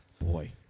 Boy